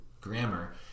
grammar